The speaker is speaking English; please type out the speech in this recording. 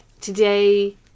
Today